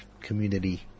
community